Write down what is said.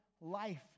life